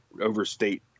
overstate